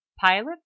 pilots